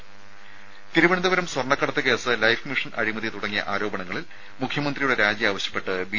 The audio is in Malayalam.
രുമ തിരുവനന്തപുരം സ്വർണ്ണക്കടത്ത് കേസ് ലൈഫ് മിഷൻ അഴിമതി തുടങ്ങിയ ആരോപണങ്ങളിൽ മുഖ്യമന്ത്രിയുടെ രാജി ആവശ്യപ്പെട്ട് ബി